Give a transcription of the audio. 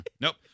nope